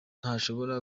ntashobora